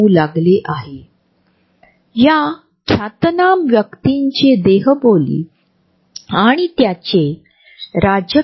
आणि त्याच वेळी असे आढळले की सामर्थ्य दाखविण्यासाठी एखादी व्यक्ती शारीरिक दृष्टीकोनातून खूप दूर देखील असू शकते